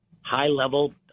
high-level